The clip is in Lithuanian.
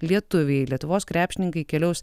lietuviai lietuvos krepšininkai keliaus